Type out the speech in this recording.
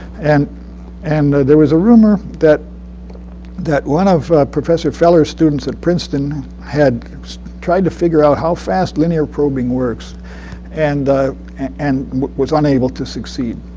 and and there was a rumor that that one of professor feller's students at princeton had tried to figure out how fast linear probing works and and was unable to succeed.